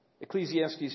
Ecclesiastes